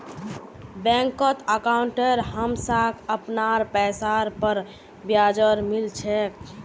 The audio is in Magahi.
बैंकत अंकाउट हमसाक अपनार पैसार पर ब्याजो मिल छेक